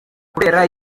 kubera